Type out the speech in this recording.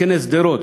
בכנס שדרות,